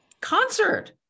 concert